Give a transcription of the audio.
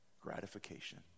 gratification